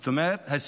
זאת אומרת,